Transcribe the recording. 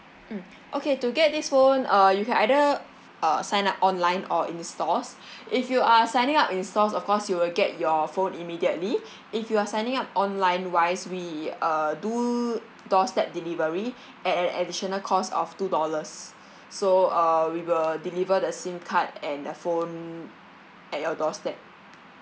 mm okay to get this phone uh you can either uh sign up online or in stores if you are signing up in stores of course you will get your phone immediately if you are signing up online wise we uh do doorstep delivery at an additional cost of two dollars so err we will deliver the sim card and the phone at your doorstep